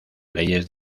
leyes